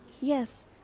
Yes